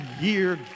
year